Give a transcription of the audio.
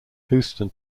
houston